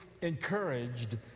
encouraged